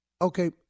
okay